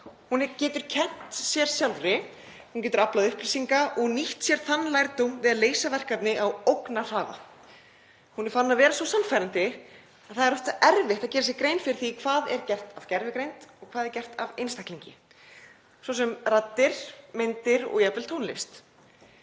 Hún getur kennt sér sjálfri. Hún getur aflað upplýsinga og nýtt sér þann lærdóm við að leysa verkefni á ógnarhraða. Hún er farin að vera svo sannfærandi að það er oft erfitt að gera sér grein fyrir því hvað er gert af gervigreind og hvað er gert af manneskju, svo sem raddir, myndir og jafnvel tónlist.